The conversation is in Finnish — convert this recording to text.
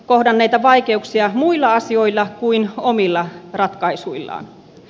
kohdenneta vaikeuksia muilla asioida kuin omilla ratkaisuilla